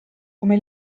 come